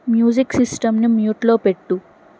music సిస్టంను మ్యూట్లో పెట్టు